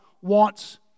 wants